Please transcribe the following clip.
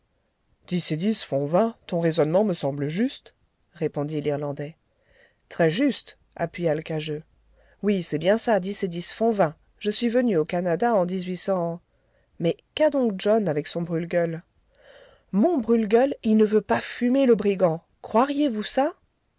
et dix font vingt ton raisonnement me semble juste répondit l'irlandais très juste appuya l'cageux oui c'est bien ça dix et dix font vingt je suis venu au canada au mais qu'a donc john avec son brûle-gueule mon brûle-gueule il ne veut pas fumer le brigand croiriez vous ça